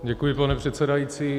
Děkuji, pane předsedající.